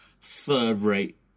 third-rate